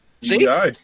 See